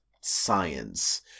science